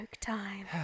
time